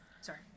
Sorry